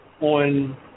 on